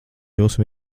jūsu